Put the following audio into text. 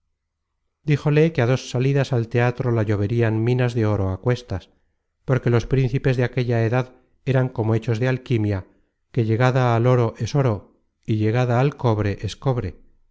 díjole que á dos salidas al teatro la lloverian minas de oro á cuestas porque los principes de aquella edad eran como hechos de alquimia que llegada al oro es oro y llegada al cobre es cobre